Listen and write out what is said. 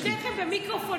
אתם שניכם במיקרופון,